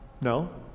No